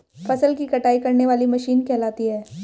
फसल की कटाई करने वाली मशीन कहलाती है?